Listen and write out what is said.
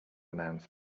announce